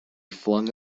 flung